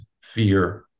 fear